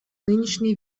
нынешний